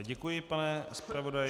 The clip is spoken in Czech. Děkuji, pane zpravodaji.